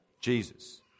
Jesus